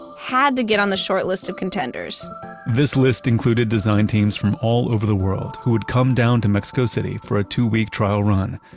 ah had to get on the shortlist of contenders this list included design teams from all over the world who would come down to mexico city for a two week trial run.